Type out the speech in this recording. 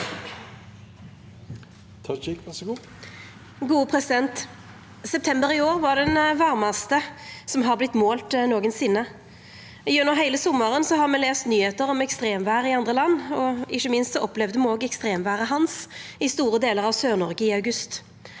September i år var den varmaste som har vorte målt nokon sinne. Gjennom heile sommaren har me lese nyheiter om ekstremvêr i andre land, og ikkje minst opplevde me òg ekstremvêret «Hans» i store delar av Sør-Noreg i august.